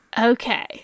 Okay